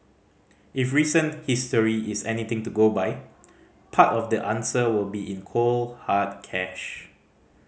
if recent history is anything to go by part of the answer will be in cold hard cash